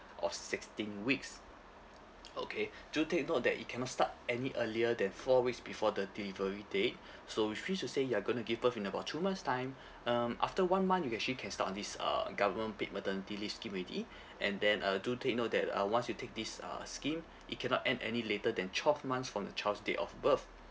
of sixteen weeks okay do take note that it cannot start any earlier than four weeks before the delivery date so which means to say you're gonna give birth in about two months time um after one month you actually can start on this uh government paid maternity leave scheme already and then uh do take note that uh once you take this uh scheme it cannot end any later than twelve months from the child's date of birth